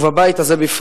ובבית הזה בפרט.